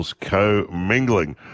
Co-mingling